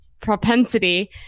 propensity